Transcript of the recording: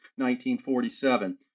1947